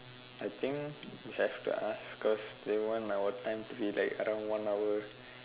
I think you have to ask cause they want our time to be like around one hour